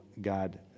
God